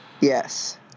Yes